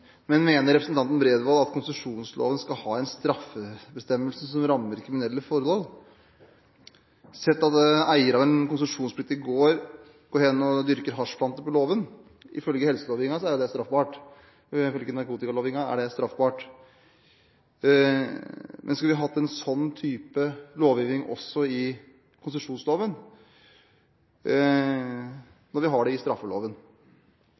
Men mener representanten Bredvold at konsesjonsloven skal ha en straffebestemmelse som rammer kriminelle forhold? Sett at eier av en konsesjonspliktig gård går hen og dyrker hasjplanter på låven. Ifølge helselovgivningen er jo det straffbart, og det er straffbart ifølge narkotikalovgivningen. Skulle vi hatt en sånn type lovgivning også i konsesjonsloven når vi har det i straffeloven?